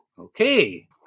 Okay